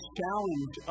challenge